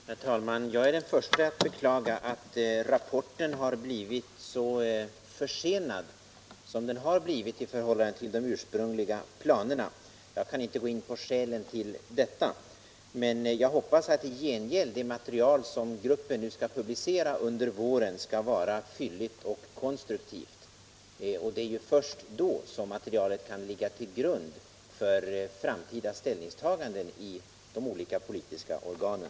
Herr talman! Jag är den förste att beklaga att rapporten har blivit så försenad som den är i förhållande till de ursprungliga planerna. Jag kan inte gå in på skälen till detta, men jag hoppas att i gengäld det material som gruppen nu skall publicera under våren skall vara fylligt och konstruktivt. Det är ju först frågor då som materialet kan ligga till grund för framtida ställningstaganden i de olika politiska organen.